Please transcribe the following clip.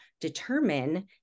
determine